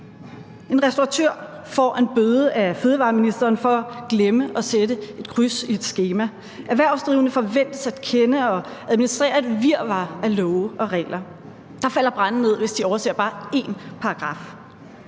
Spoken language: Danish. En restauratør får en bøde af fødevareministeren for at glemme at sætte et kryds i et skema, erhvervsdrivende forventes at kende og administrere et virvar af love og regler, og der falder brænde ned, hvis de overser bare én paragraf.